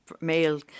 male